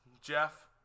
Jeff